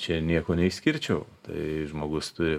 čia nieko neišskirčiau tai žmogus turi